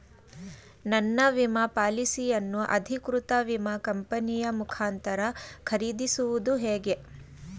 ನನ್ನ ವಿಮಾ ಪಾಲಿಸಿಯನ್ನು ಅಧಿಕೃತ ವಿಮಾ ಕಂಪನಿಯ ಮುಖಾಂತರ ಖರೀದಿಸುವುದು ಹೇಗೆ?